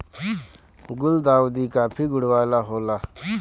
गुलदाउदी काफी गुण वाला होला